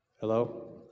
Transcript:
Hello